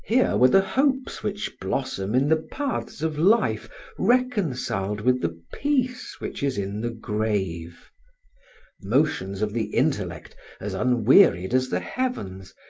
here were the hopes which blossom in the paths of life reconciled with the peace which is in the grave motions of the intellect as unwearied as the heavens,